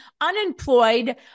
unemployed